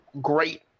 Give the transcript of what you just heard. great